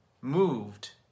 moved